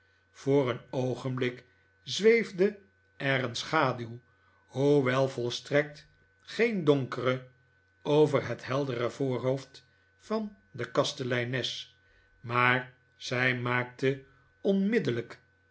voor een oogenblik zweefde er een schaduw hoewel volstrekt geen donkere over het heldere voorhoofd van de kasteleines maar zij maakte onmiddellijk